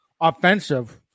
offensive